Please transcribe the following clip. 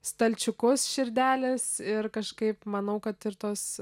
stalčiukus širdelės ir kažkaip manau kad ir tos